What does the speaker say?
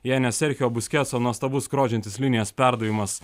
jei ne serchio buskeso nuostabus skrodžiantis linijas perdavimas